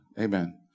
Amen